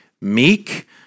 meek